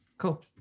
Cool